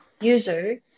user